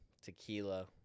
Tequila